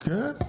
כן,